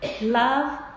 love